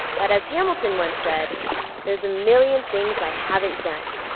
but as hamiliton once said there's a million things i haven't done,